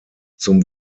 zum